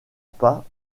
pas